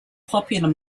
popular